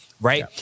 right